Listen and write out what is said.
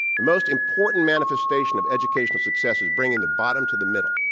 the most importantmanifestation of educational success is bringing the bottom to the middle.